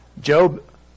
Job